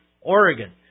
Oregon